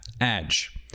edge